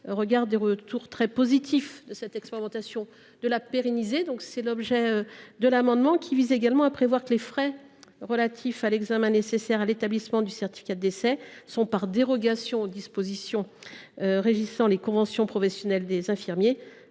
regard des retours très positifs, de la pérenniser. Tel est l’objet de cet amendement, qui vise également à prévoir que les frais relatifs à l’examen nécessaire à l’établissement du certificat de décès sont, par dérogation aux dispositions régissant les conventions professionnelles des infirmiers,